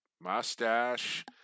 Mustache